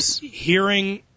hearing